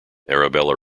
arabella